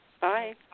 Bye